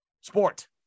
sport